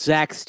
Zach